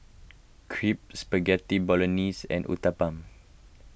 Crepe Spaghetti Bolognese and Uthapam